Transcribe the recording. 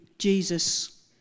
Jesus